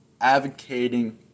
advocating